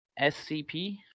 SCP